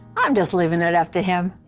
i'm just leaving it up to him.